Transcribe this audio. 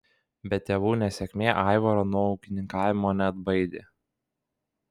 bet tėvų nesėkmė aivaro nuo ūkininkavimo neatbaidė